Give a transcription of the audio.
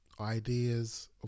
ideas